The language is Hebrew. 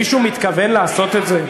מישהו מתכוון לעשות את זה?